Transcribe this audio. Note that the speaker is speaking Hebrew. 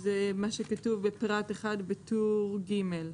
מה שכתוב בפרט 1, בטור ב'.